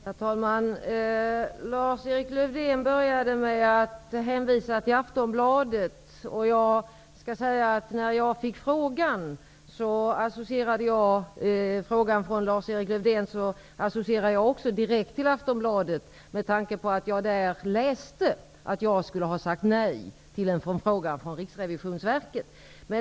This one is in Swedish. Herr talman! Lars-Erik Lövdén började med att hänvisa till Aftonbladet. Jag skall säga att jag när jag fick frågan direkt associerade till Aftonbladet med tanke på att jag där läste att jag skulle ha sagt nej till en förfrågan från Riksrevisionsverket.